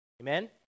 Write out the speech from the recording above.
Amen